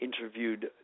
interviewed